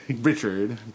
Richard